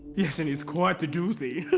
yes and he's quite the doozy.